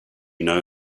know